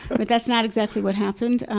but that's not exactly what happened